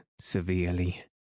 severely